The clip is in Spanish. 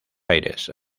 aires